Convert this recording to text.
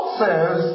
says